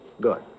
Good